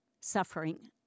suffering